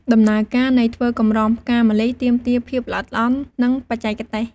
ដំណើរការនៃធ្វើកម្រងផ្កាម្លិះទាមទារភាពល្អិតល្អន់ និងបច្ចេកទេស។